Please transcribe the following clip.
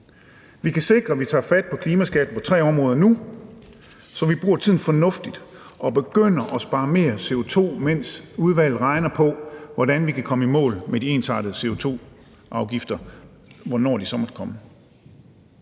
Vi kan sikre, at vi tager fat på klimaskatten på tre områder nu, så vi bruger tiden fornuftigt og begynder at spare mere CO2, mens udvalget regner på, hvordan vi kan komme i mål med de ensartede CO2-afgifter – hvornår de så måtte komme.